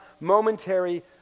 momentary